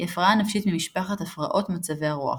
היא הפרעה נפשית ממשפחת הפרעות מצבי הרוח,